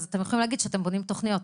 אז אתם יכולים להגיד שאתם בונים תוכניות,